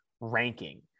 ranking